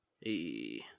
Hey